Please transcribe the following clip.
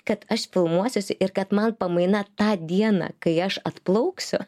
kad aš filmuosiuosi ir kad man pamaina tą dieną kai aš atplauksiu